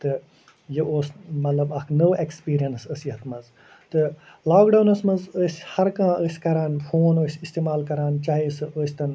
تہٕ یہِ اوس مطلب اکھ نٔو اٮ۪کٕسپیٖرینٕس ٲس یَتھ منٛز تہٕ لاک ڈاونَس منٛز ٲسۍ ہر کانٛہہ ٲسۍ کَران فون ٲسۍ اِستعمال کَران چاہے سُہ ٲسۍتن